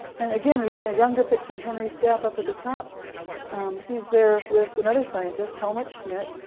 and again you see a younger picture of henry stapp up at the top he's there with another scientist, helmut schmidt.